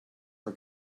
are